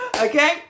Okay